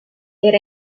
era